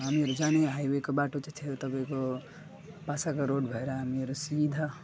हामीहरू जाने हाईवेको बाटो चाहिँ थियो तपाईँको बासाका रोड भएर हामीहरू सिधा